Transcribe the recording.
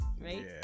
right